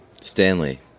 Stanley